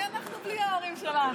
מי אנחנו בלי ההורים שלנו?